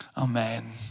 Amen